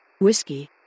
Whiskey